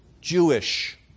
Jewish